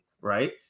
right